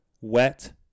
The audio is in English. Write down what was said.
wet